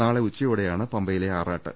നാളെ ഉച്ചയോടെയാണ് പമ്പയിലെ ആറാട്ട്